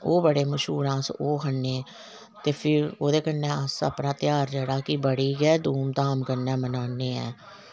ओह् बडे़ मश्हूर हे अस ओह् खन्ने ते फिर ओहदे कन्नै अस अपना ध्यार जेहड़ा कि बड़ी गै धूम धाम कन्नै मनाने ऐ